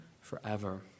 forever